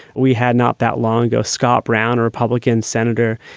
we had not that long ago, scott brown or republican senator,